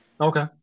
okay